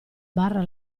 barra